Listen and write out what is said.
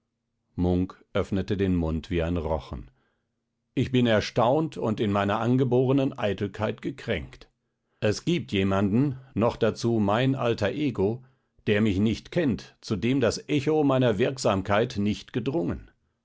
munk öffnete den mund wie ein rochen ich bin erstaunt und in meiner angeborenen eitelkeit gekränkt es gibt jemanden noch dazu mein alter ego der mich nicht kennt zu dem das echo meiner wirksamkeit nicht gedrungen